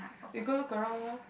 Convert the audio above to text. we go look around lor